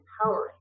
empowering